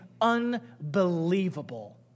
unbelievable